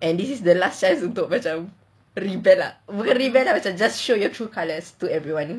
and this is the last time untuk macam rebel ah bukan rebel ah as in show your true colours to everyone